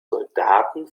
soldaten